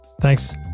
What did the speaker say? Thanks